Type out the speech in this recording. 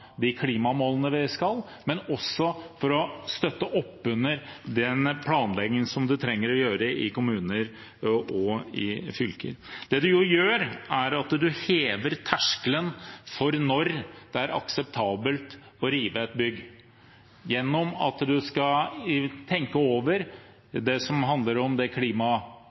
de klimamålene vi skal, og å støtte opp under den planleggingen man trenger å gjøre i kommuner og i fylker. Det man gjør, er at man hever terskelen for når det er akseptabelt å rive et bygg, gjennom at man skal tenke over det som handler om det